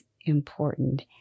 important